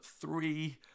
three